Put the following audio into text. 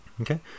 Okay